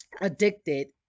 addicted